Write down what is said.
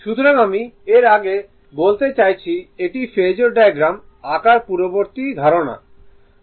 সুতরাং আমি এর আগে বলতে চাইছি এটি ফেজোর ডায়াগ্রাম আঁকার পূর্ববর্তী উদাহরণ